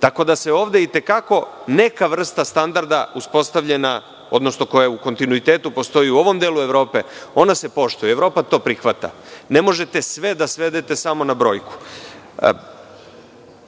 tako da se ovde i te kako neka vrsta standarda uspostavljena, odnosno koja je u kontinuitetu postoji u ovom delu Evrope, ona se poštuje. Evropa to prihvata. Ne možete sve da svedete na brojku.